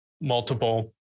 multiple